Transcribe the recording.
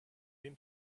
him